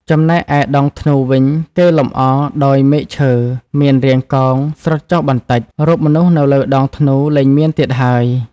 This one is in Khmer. ចំណែកឯដងធ្នូវិញ គេលម្អដោយ មែកឈើមានរាងកោងស្រុតចុះបន្តិច រូបមនុស្សនៅលើដងធ្នូលែងមាន ទៀតហើយ ។